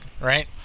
right